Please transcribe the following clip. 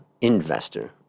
investor